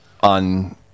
on